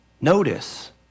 Notice